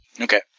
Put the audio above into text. Okay